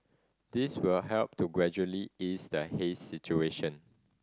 this will help to gradually ease the haze situation